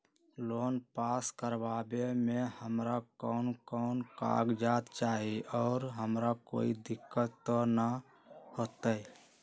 Loan pass करवावे में हमरा कौन कौन कागजात चाही और हमरा कोई दिक्कत त ना होतई?